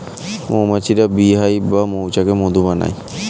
মৌমাছিরা bee hive বা মৌচাকে মধু বানায়